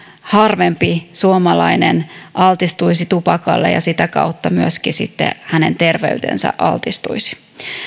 harvempi suomalainen altistuisi tupakalle ja sitä kautta myöskin sitten hänen terveytensä altistuisi